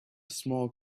small